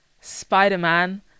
Spider-Man